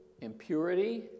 impurity